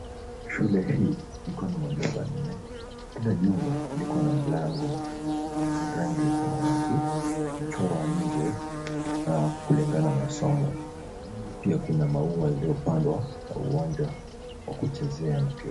Shule hii iko na manyufa nne, kila jumba liko na mlango wenye rangi ya samawati na kuchorwa nje kulingana na somo. Nje pia kuna maua iliyopandwa na uwanja wa kuchezea mpira.